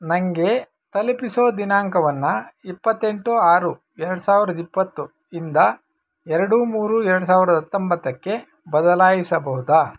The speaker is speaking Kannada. ನನಗೆ ತಲುಪಿಸೋ ದಿನಾಂಕವನ್ನು ಇಪ್ಪತ್ತೆಂಟು ಆರು ಎರಡು ಸಾವಿರದ ಇಪ್ಪತ್ತು ಇಂದ ಎರಡು ಮೂರು ಎರಡು ಸಾವಿರದ ಹತ್ತೊಂಬತ್ತಕ್ಕೆ ಬದಲಾಯಿಸಬಹುದಾ